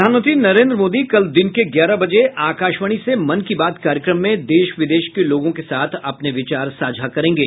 प्रधानमंत्री नरेंद्र मोदी कल दिन के ग्यारह बजे आकाशवाणी से मन की बात कार्यक्रम में देश विदेश के लोगों के साथ अपने विचार साझा करेंगे